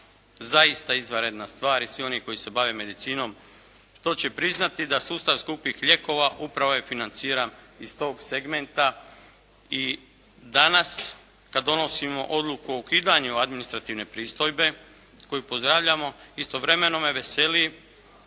zaista izvanredna stvar i svi oni koji se bave medicinom to će priznati da sustav skupih lijekova upravo je financiran iz tog segmenta i danas kad donosimo odluku o ukidanju administrativne pristojbe koju pozdravljamo istovremeno me veseli